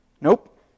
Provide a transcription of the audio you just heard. Nope